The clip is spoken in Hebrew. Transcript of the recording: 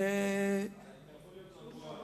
אתה יכול להיות רגוע,